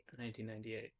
1998